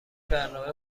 برنامه